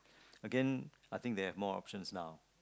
Again I think they have more options now